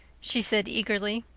she said eagerly.